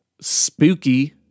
spooky